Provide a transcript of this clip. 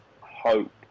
hope